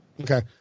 Okay